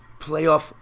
playoff